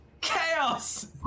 Chaos